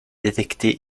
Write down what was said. détecté